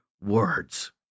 words